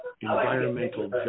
environmental